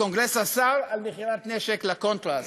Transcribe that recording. הקונגרס אסר על מכירת נשק ל"קונטראס"